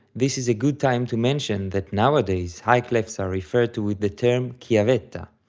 this is a good time to mention that nowadays, high clefs are referred to with the term chiavetta.